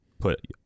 put